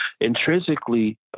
intrinsically